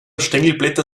stängelblätter